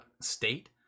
state